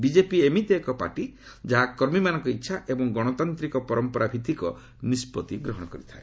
BJP ଏମିତି ଏକ party ଯାହା କର୍ମୀମାନଙ୍କ ଇଚ୍ଛା ଏବଂ ଗଣତାନ୍ତିକ ପରମ୍ପରା ଭିତ୍ତିକ ନିଷ୍ପଭି ଗ୍ରହଣ କରିଥାଏ